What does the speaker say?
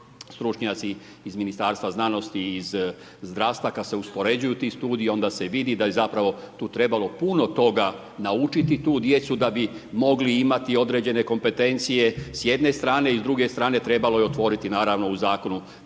stručnjaci iz Ministarstva znanosti i iz zdravstva kada se uspoređuju ti studiji onda se vidi da je zapravo tu trebalo puno toga naučiti tu djecu da bi mogli imati određene kompetencije s jedne strane. I s druge strane trebalo je otvoriti naravno u zakonu